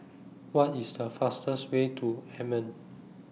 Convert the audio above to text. What IS The fastest Way to Amman